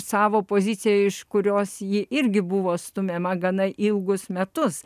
savo poziciją iš kurios ji irgi buvo stumiama gana ilgus metus